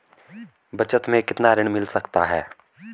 बचत मैं कितना ऋण मिल सकता है?